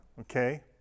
okay